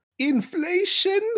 Inflation